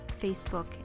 Facebook